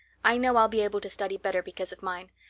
i know i'll be able to study better because of mine.